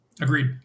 Agreed